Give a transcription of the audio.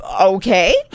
Okay